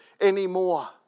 anymore